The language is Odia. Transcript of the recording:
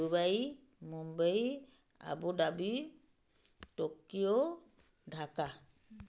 Dubai Mumbai Abu Dhabi Tokyo Dhaka